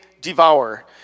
devour